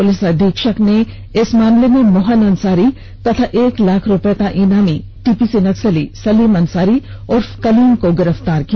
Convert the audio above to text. police अधीक्षक ने इस मामले में मोहीन अंसारी तथा एक लाख इनामी टीपीसी नक्सली सलीम अंसारी उर्फ कलीम अंसारी को गिरफ्तार किया है